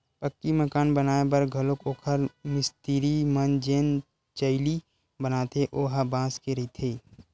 पक्की मकान बनाए बर घलोक ओखर मिस्तिरी मन जेन चइली बनाथे ओ ह बांस के रहिथे